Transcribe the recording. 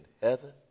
heaven